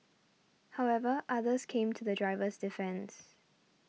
however others came to the driver's defence